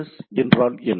S என்றால் என்ன